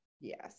Yes